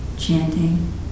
Chanting